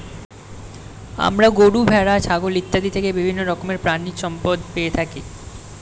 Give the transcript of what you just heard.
আমরা গরু, ভেড়া, ছাগল ইত্যাদি থেকে বিভিন্ন রকমের প্রাণীজ সম্পদ পেয়ে থাকি